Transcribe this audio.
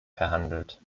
verhandelt